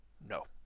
No